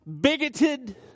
bigoted